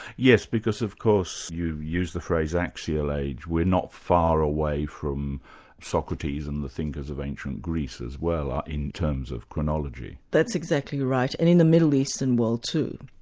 yes, because of course you use the phrase axial age we're not far away from socrates and the thinkers of ancient greece as well in terms of chronology. that's exactly right, and in the middle eastern world, too.